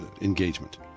engagement